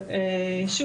המון תודה.